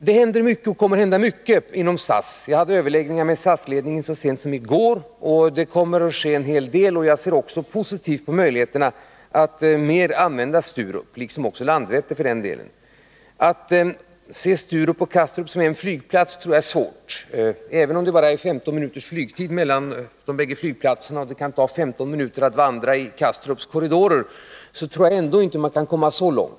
Det händer — och kommer att hända — mycket inom SAS. Jag hade överläggningar med SAS-ledningen så sent som i går. Jag ser också positivt på möjligheterna att mer använda Sturup — liksom också Landvetter för den delen. Att se Sturup och Kastrup som en flygplats tror jag är svårt. Även om det bara är 15 minuters flygtid mellan de bägge flygplatserna och det kan ta 15 minuter att vandra i Kastrups korridorer, tror jag inte att man kan komma så långt.